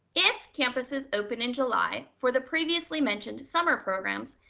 if campuses open in july for the previously mentioned summer programs,